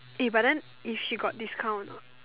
eh but then if she got discount or not